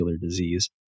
disease